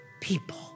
people